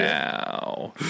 now